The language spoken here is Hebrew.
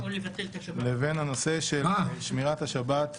לבין הנושא של שמירת השבת שלנו,